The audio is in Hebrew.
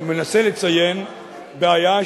אני מנסה לציין בעיה,